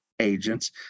agents